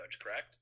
correct